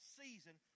season